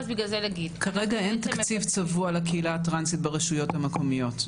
כרגע אין תקציב צבוע לקהילה הטרנסית ברשויות המקומיות.